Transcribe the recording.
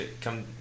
come